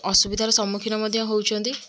ଅସୁବିଧାର ସମ୍ମୁଖୀନ ମଧ୍ୟ ହେଉଛନ୍ତି